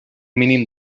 mínim